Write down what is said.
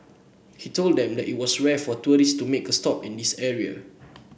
he told them that it was rare for tourists to make a stop in this area